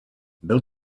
byl